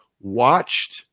watched